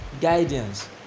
guidance